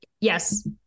yes